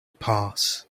pass